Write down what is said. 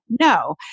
No